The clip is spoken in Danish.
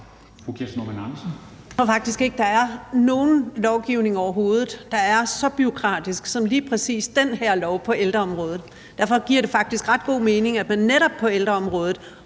tror faktisk ikke, der er nogen lovgivningen overhovedet, der er så bureaukratisk som lige præcis den her lov på ældreområdet. Derfor giver det faktisk ret god mening, at man netop på ældreområdet